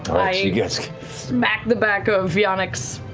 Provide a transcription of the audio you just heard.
i smack the back of jannik's